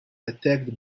attacked